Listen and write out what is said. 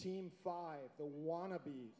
team five the wanna be